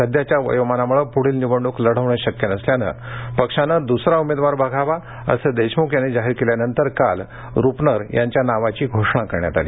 सध्याच्या वयोमानामुळे पुढील निवडणूक लढविणे शक्य नसल्यानं पक्षानं दूसरा उमेदवार बघावा असं देशमुख यांनी जाहीर केल्यानंतर काल रुपनर यांच्या नावाची घोषणा करण्यात आली